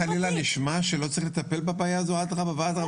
אם מדבריי חלילה נשמע שלא צריך לטפל בבעיה הזאת אדרבה ואדרבה,